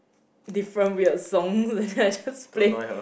different weird songs I just play